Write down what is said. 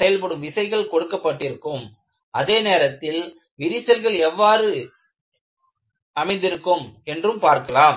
செயல்படும் விசைகள் கொடுக்கப்பட்டிருக்கும் அதே நேரத்தில் விரிசல்கள் எவ்வாறு அமைந்திருக்கும் என்றும் பார்க்கலாம்